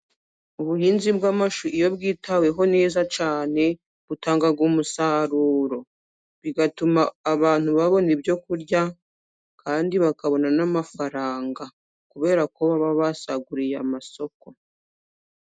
Ubuhinzi bw'amashu iyo bwitaweho neza cyane butanga umusaruro bigatuma abantu babona ibyo kurya kandi bakabona n'amafaranga kubera ko baba basaguriye amasoko.